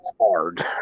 hard